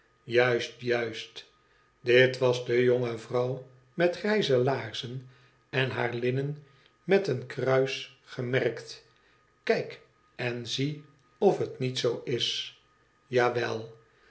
dit was de jonge vrouw met ijze laarzen en haar linnen met een kruis gemerkt kijk en zie of het met zoo is